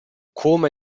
come